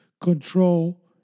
Control